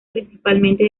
principalmente